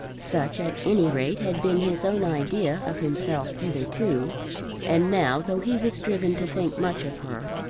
such, at any rate, had been his own idea of himself hitherto and now, though he was driven to think much of her,